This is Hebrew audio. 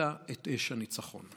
שהציתה את אש הניצחון.